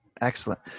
Excellent